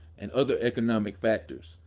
and other economic factors.